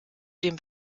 dem